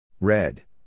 Red